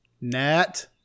Nat